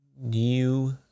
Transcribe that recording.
New